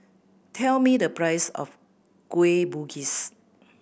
tell me the price of Kueh Bugis